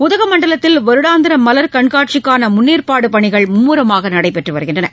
உதகமண்டலத்தில் வருடாந்திர மலர் கண்காட்சிக்கான முன்னேற்பாடு பணிகள் மம்முரமாக நடைபெற்று வருகின்றன